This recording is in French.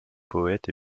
poète